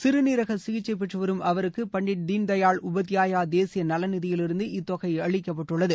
சிறுநீரக சிகிச்சை பெற்றுவரும் அவருக்கு பண்டிட் தீன்தயாள் உபாத்யாயா தேசிய நல நிதியிலிருந்து இத்தொகை அளிக்கப்பட்டுள்ளது